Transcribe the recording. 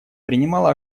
принимала